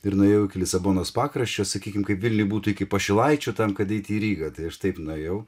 ir nuėjau iki lisabonos pakraščio sakykim kaip vilniuj būtų iki pašilaičių tam kad eiti į rygą tai aš taip nuėjau